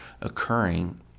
occurring